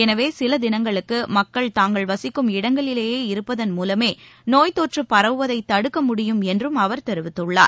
எனவேசிலதினங்களுக்குமக்கள் தாங்கள் வசிக்கும் இடங்களிலேயே இருப்பதன் மூலமேநோய்த்தொற்று பரவுவதைதடுக்க முடியும் என்றும் அவர் தெரிவித்துள்ளார்